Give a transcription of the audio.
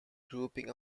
grouping